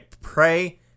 Pray